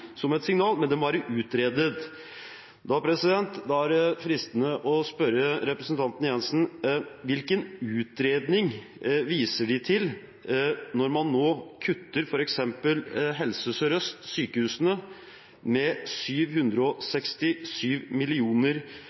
som et signal. Men det må være utredet …» Da er det fristende å spørre representanten Jenssen: Hvilken utredning viser man til når man nå kutter f.eks. i midlene til Helse Sør-Øst, sykehusene, med 767